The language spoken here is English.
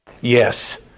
Yes